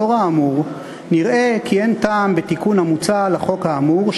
לאור האמור נראה כי אין טעם בתיקון המוצע לחוק האמור,